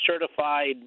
certified